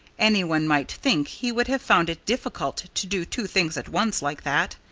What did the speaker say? anyone might think he would have found it difficult to do two things at once like that.